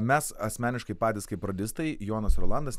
mes asmeniškai patys kaip radistai jonas ir rolandas